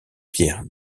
pierre